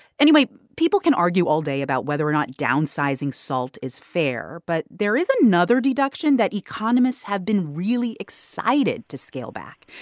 anyway, people can argue all day about whether or not downsizing salt is fair. but there is another deduction that economists have been really excited to scale back.